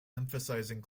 emphasizing